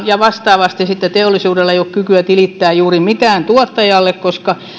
ja vastaavasti sitten teollisuudella ei ole kykyä tilittää juuri mitään tuottajalle koska